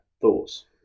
thoughts